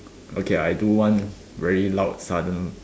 okay I do one very loud sudden